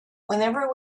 whenever